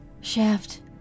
Shaft